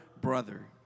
brother